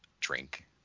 drink